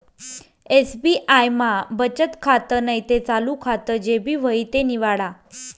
SBI मा बचत खातं नैते चालू खातं जे भी व्हयी ते निवाडा